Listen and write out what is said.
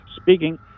Speaking